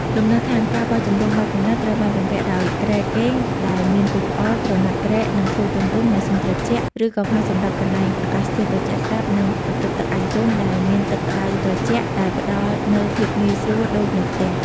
លំនៅដ្ឋាន ការបោះជំរំបែបប្រណីត ត្រូវបានបំពាក់ដោយគ្រែគេងដែលមានពូកល្អ ក្រណាត់គ្រែ និងភួយទន់ៗ ម៉ាស៊ីនត្រជាក់ (ឬកង្ហារសម្រាប់កន្លែងអាកាសធាតុត្រជាក់ស្រាប់) និងបន្ទប់ទឹកឯកជនដែលមានទឹកក្តៅត្រជាក់ ដែលផ្តល់នូវភាពងាយស្រួលដូចនៅផ្ទះ។